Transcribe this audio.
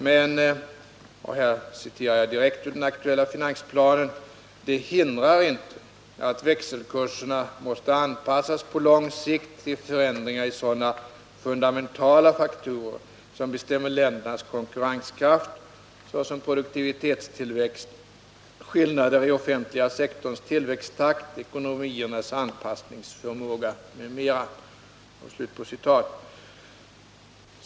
Men — och här citerar jag direkt ur den aktuella finansplanen — ”det hindrar inte att växelkurserna måste anpassas på lång sikt till förändringar i sådana fundamentala faktorer, som bestämmer ländernas konkurrenskraft — såsom produktivitetstillväxt, skillnader i offentliga sektorns tillväxttakt, ekonomiernas anpassningsförmåga m.m.”.